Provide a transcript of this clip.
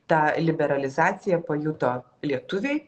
tą liberalizaciją pajuto lietuviai